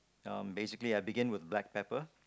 um basically I begin with black pepper